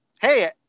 hey